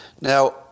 Now